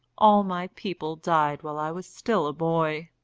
all my people died while i was still a boy.